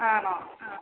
ആണോ ആ